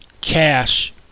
cash